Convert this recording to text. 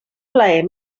plaer